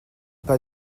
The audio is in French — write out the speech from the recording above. pas